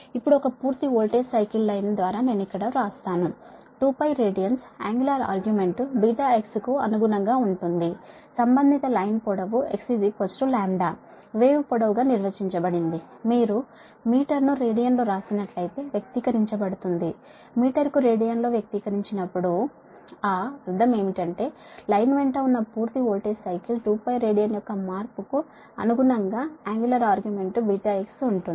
ఇప్పుడు ఒక పూర్తి వోల్టేజ్ సైకిల్ లైన్ ద్వారా నేను ఇక్కడ వ్రాసాను 2π రేడియన్ ఆంగులర్ ఆర్గ్యూమెంట్ βx కు అనుగుణంగా ఉంటుంది సంబంధిత లైన్ పొడవు x λ వేవ్ పొడవు గా నిర్వచించబడింది మీరు మీటరు ను రేడియన్లో రాసినట్లైతే వ్యక్తీకరించబడుతుంది మీటరు కు రేడియన్లో వ్యక్తీకరించబడినప్పుడు ఆ అర్ధం ఏమిటంటే లైన్ వెంట ఉన్న పూర్తి వోల్టేజ్ సైకిల్ 2π రేడియన్ యొక్క మార్పుకు అనుగుణంగా ఆంగులర్ ఆర్గ్యూమెంట్ βx ఉంటుంది